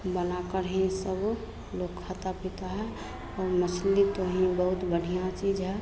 बनाकर ही सब लोग खाते पीते हैं और मछली तो ही बहुत बढ़िया चीज़ है